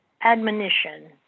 admonition